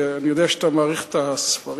כי אני יודע שאתה מעריך את הספרים,